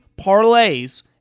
parlays